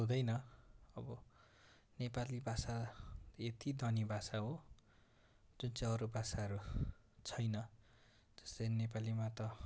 हुँदैन अब नेपाली भाषा यति धनी भाषा हो जुन चाहिँ अरू भाषाहरू छैन जस्तै नेपालीमा त